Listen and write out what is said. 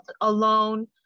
alone